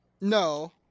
No